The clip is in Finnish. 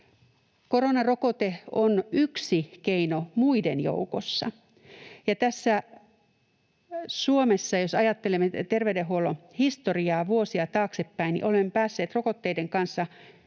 Koronarokote on yksi keino muiden joukossa, ja Suomessa, jos ajattelemme terveydenhuollon historiaa vuosia taaksepäin, olemme päässeet rokotteiden kanssa